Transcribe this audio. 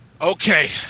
Okay